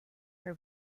her